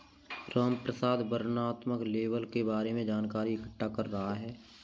रामप्रसाद वर्णनात्मक लेबल के बारे में जानकारी इकट्ठा कर रहा है